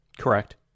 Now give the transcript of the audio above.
correct